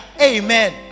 amen